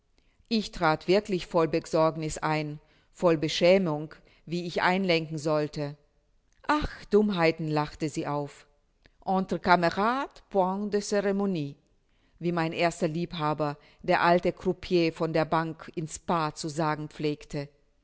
ich trat wirklich voll besorgniß ein voll beschämung wie ich einlenken sollte ach dummheiten lachte sie auf entre camerades point de ceremonie wie mein erster liebhaber der alte croupier von der bank in spaa zu sagen pflegte